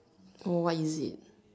what is it